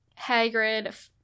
Hagrid